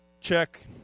check